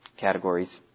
categories